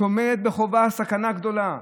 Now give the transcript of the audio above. ההחלטה טומנת בחובה סכנה גדולה: